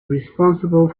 responsible